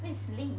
I think is 士